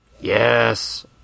yes